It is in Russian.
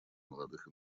молодых